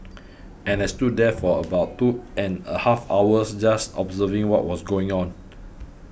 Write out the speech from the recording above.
and I stood there for about two and a half hours just observing what was going on